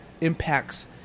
impacts